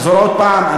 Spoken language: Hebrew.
לחזור עוד פעם?